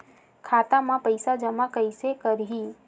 खाता म पईसा जमा कइसे करही?